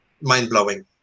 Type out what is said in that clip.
mind-blowing